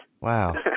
Wow